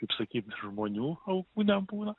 taip sakyt žmonių aukų nebūna